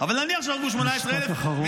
אבל נניח שהרגו 18,000 -- משפט אחרון.